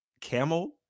Camel